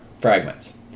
fragments